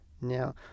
Now